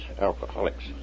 alcoholics